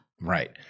right